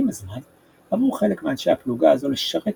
עם הזמן עברו חלק מאנשי הפלוגה הזו לשרת